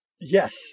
Yes